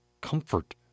comfort